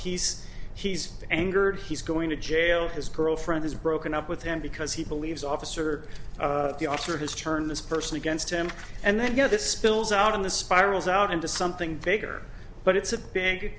he's he's angered he's going to jail his girlfriend has broken up with him because he believes officer the officer has turned this person against him and then go this spills out on the spirals out into something bigger but it's a big